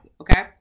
Okay